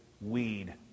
weed